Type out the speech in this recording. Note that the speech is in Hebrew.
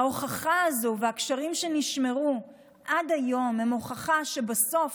ההוכחה הזאת והקשרים שנשמרו עד היום הם הוכחה שבסוף,